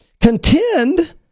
contend